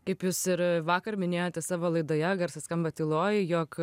kaip jūs ir vakar minėjote savo laidoje garsas skamba tyloj jog